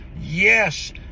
Yes